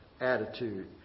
attitude